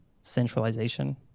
centralization